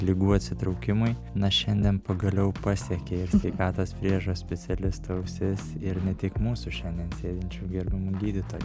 ligų atsitraukimui na šiandien pagaliau pasiekė ir sveikatos priežiūros specialistų ausis ir ne tik mūsų šiandien sėdinčių gerbiamų gydytojų